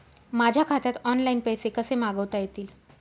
माझ्या खात्यात ऑनलाइन पैसे कसे मागवता येतील?